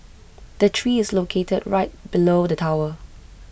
the tree is located right below the tower